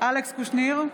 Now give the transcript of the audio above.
אלכס קושניר,